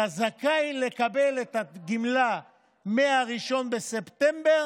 אתה זכאי לקבל את הגמלה מ-1 בספטמבר,